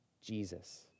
Jesus